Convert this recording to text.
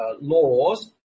laws